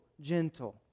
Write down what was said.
gentle